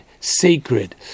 sacred